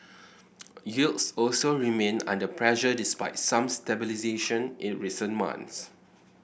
yields also remain under pressure despite some stabilisation in recent months